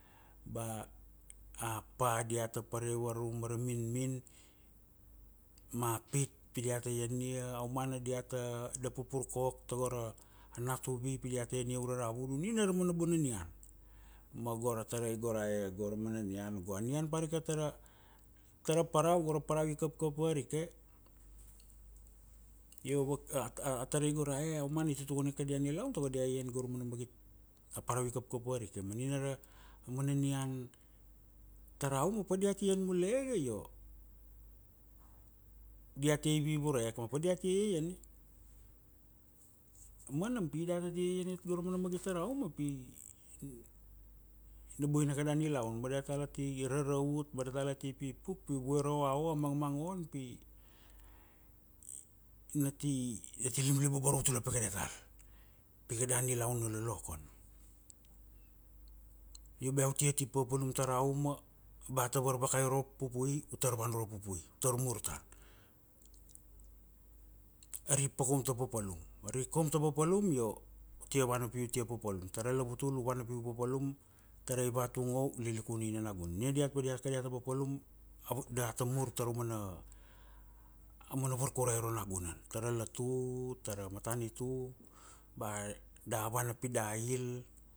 Ba a pa dia ta pare varurung ma ra minmin, ma a pit pi dia ta iania, a umana dia ta, da pupur kok ta go ra nasuvi pi dia ta iania ure ra vudu, nina ra mana bona nian. Ma go ra tarai go rae go ra mana nian go, anian parika ta ra parau, go ra parau i kapkap varike. a tarai go rae, a umana i tutukan ika kadia nilaun tago dia iaian go ra mana magit a parau i kapkap varike, ma nina ra mana nian ta ra uma pa dia tia ian mulege io, dia tia i vuvureke ma pa dia tia iaiania. Ma nam pi data ti iaian iat go ra mana magit ta ra a uma pi na boina kada nilaun, ba data la ti ra raut, ba data la ti ipipuk pi vue ra oao, a mangmangon pi na ti, ti limlibobor ra utula pake datal, pi kada nilaun na lolokon. Io bea tia ti papalum ta ra uma, ba ta varvakai aro pupui, u tar vana uro pupui, u tar mur tana. Ari pa kaum ta papalum, ma ari kaum ta papalum io u tia vana pi u tia papalum. Tara lavutul u vana pi u papalum, tara ivat u ngo u lilikun uina nagunan. Nina diat kadia ta papalum, data mur ta ra umana, a mana varkurai aro nagunan, ta ra lotu, ta ra matanitu, ba da vana pi da il